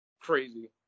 crazy